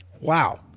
Wow